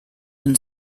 been